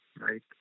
right